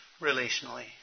relationally